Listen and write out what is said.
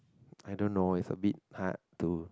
I don't know it is a bit hard to